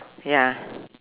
ya